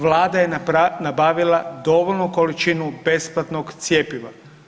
Vlada je nabavila dovoljnu količinu besplatnog cjepiva.